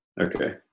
okay